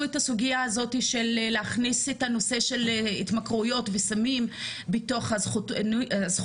את הסוגייה הזאת של להכניס את הנושא של התמכרויות וסמים בתוך הזכותונים,